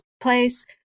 place